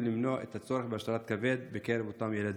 למנוע את הצורך בהשתלת כבד בקרב אותם ילדים.